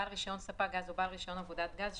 בעל רישיון ספק גז או בעל רישיון עבודת גז,